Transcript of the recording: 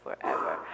forever